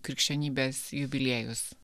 krikščionybės jubiliejus